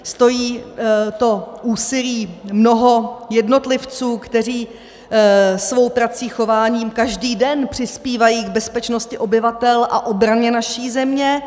Stojí to úsilí mnoha jednotlivců, kteří svou prací, chováním každý den přispívají k bezpečnosti obyvatel a obraně naší země.